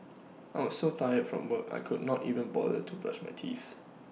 I was so tired from work I could not even bother to brush my teeth